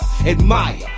Admire